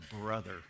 brother